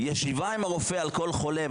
בישיבה עם הרופא על כל חולה.